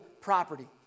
property